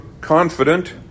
confident